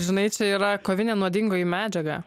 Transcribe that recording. žinai čia yra kovinė nuodingoji medžiaga